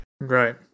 Right